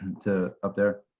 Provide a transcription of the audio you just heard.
to up there?